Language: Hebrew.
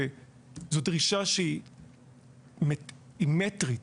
וזו דרישה שהיא מטרית